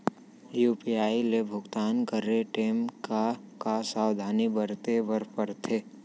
UPI ले भुगतान करे टेम का का सावधानी बरते बर परथे